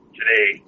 today